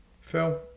Phil